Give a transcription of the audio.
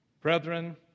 brethren